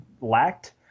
lacked